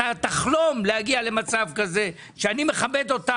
אתה תחלום להגיע למצב כזה שאני מכבד אותה